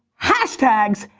hashtags,